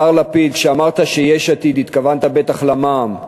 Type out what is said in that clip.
השר לפיד, כשאמרת שיש עתיד התכוונת בטח למע"מ.